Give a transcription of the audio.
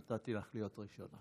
נתתי לך להיות ראשונה.